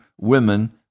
women